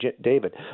David